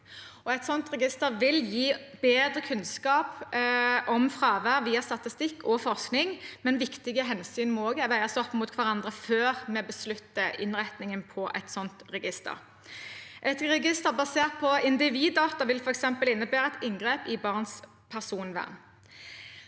Et sånt register vil gi bedre kunnskap om fravær via statistikk og forskning, men viktige hensyn må veies opp mot hverandre før vi beslutter innretningen på det. Et register basert på individdata vil f.eks. innebære et inngrep i barns personvern.